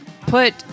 put